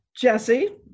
Jesse